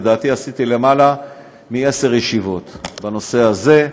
לדעתי, עשיתי יותר מעשר ישיבות בנושא הזה.